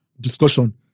discussion